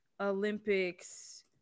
olympics